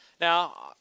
Now